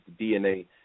DNA